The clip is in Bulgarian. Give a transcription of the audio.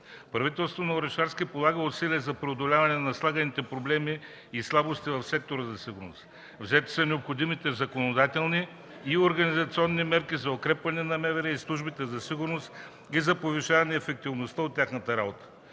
Правителството на Орешарски полага усилия за преодоляване на наслагваните проблеми и слабости в сектора за сигурност. Взети са необходимите законодателни и организационни мерки за укрепване на МВР, на службите за сигурност и за повишаване на ефективността от тяхната работа.